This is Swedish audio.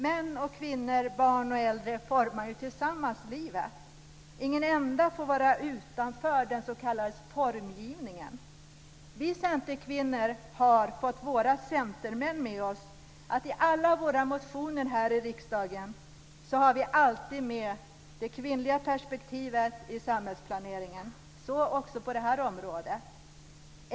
Män och kvinnor, barn och äldre formar ju tillsammans livet. Ingen enda får vara utanför den s.k. formgivningen. Vi centerkvinnor har fått våra centermän med oss på att i alla våra motioner här i riksdagen ha med det kvinnliga perspektivet i samhällsplaneringen. Så också på detta område.